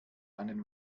einen